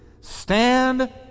stand